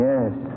Yes